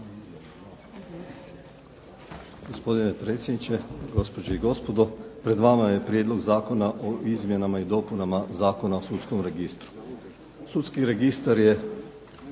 Gospodine predsjedniče, gospođe i gospodo. Pred vama je Prijedlog zakona o izmjenama i dopunama Zakona o sudskom registru. Sudski registar je